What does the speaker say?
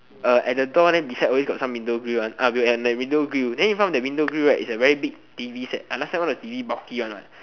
at the door the beside got some window grill one and that window grill then in front of that window grill right is a very big t_v set last time one like t_v boxy one what